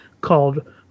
called